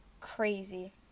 crazy